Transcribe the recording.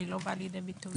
היא לא באה לידי ביטוי בשטח.